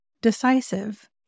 Decisive